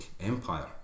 empire